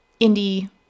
indie